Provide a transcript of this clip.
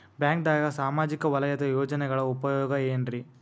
ಬ್ಯಾಂಕ್ದಾಗ ಸಾಮಾಜಿಕ ವಲಯದ ಯೋಜನೆಗಳ ಉಪಯೋಗ ಏನ್ರೀ?